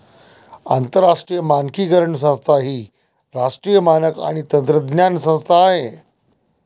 आंतरराष्ट्रीय मानकीकरण संस्था ही राष्ट्रीय मानक आणि तंत्रज्ञान संस्था आहे